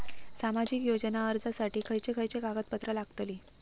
सामाजिक योजना अर्जासाठी खयचे खयचे कागदपत्रा लागतली?